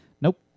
Nope